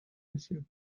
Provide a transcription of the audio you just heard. issue